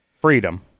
Freedom